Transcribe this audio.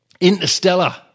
Interstellar